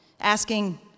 asking